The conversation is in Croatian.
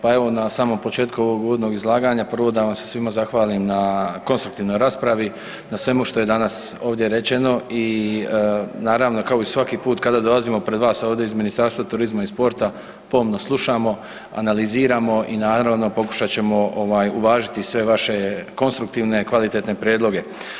Pa evo na samom početku ovog uvodnog izlaganja prvo da vam se svima zahvalim na konstruktivnoj raspravi, na svemu što je danas ovdje rečeno i naravno kao i svaki put kada dolazimo pred vas ovdje iz Ministarstva turizma i sporta pomno slušamo, analiziramo i naravno pokušat ćemo uvažiti sve vaše konstruktivne kvalitetne prijedloge.